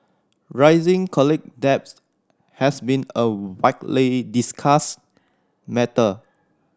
rising college debt has been a widely discussed matter